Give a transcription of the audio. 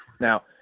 Now